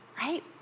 right